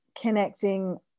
connecting